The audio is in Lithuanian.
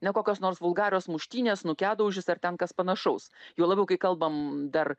ne kokios nors vulgarios muštynės snukiadaužis ar ten kas panašaus juo labiau kai kalbam dar